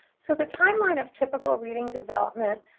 so the timeline of typical reading development.